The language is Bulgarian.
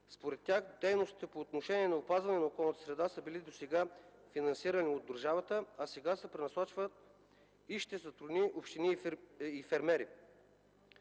Според тях, дейностите по отношение на опазването на околната среда са били досега финансирани от държавата, а сега се пренасочват и ще затрудни общини и фермери.